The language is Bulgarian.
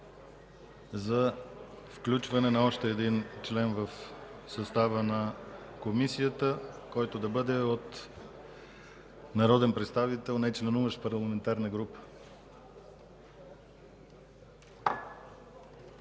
за включване на още един член в състава на Комисията – народен представител, нечленуващ в парламентарна група.